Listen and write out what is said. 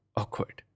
awkward